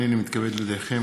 הינני מתכבד להודיעכם,